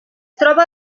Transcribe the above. troba